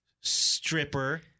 stripper